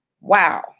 Wow